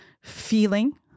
feeling